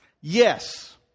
Yes